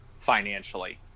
Financially